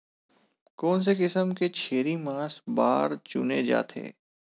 कोन से किसम के छेरी मांस बार चुने जाथे?